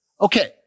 Okay